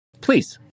Please